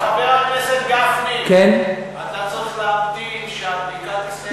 חבר הכנסת גפני, אתה צריך להמתין שהבדיקה תסתיים.